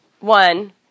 One